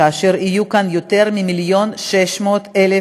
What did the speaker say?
כאשר יהיו כאן יותר מ-1.6 מיליון